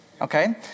Okay